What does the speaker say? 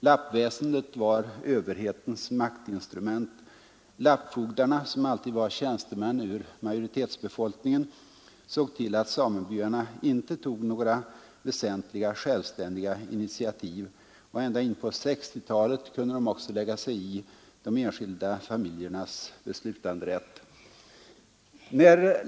Lappväsendet var överhetens maktinstrument. Lappfogdarna, som alltid var tjänstemän ur majoritetsbefolkningen, såg till att samebyarna inte tog några väsentliga självständiga initiativ. Ända in på 1960-talet kunde de också lägga sig i de enskilda familjernas beslutanderätt.